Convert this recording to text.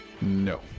No